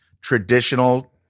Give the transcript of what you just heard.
traditional